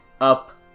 up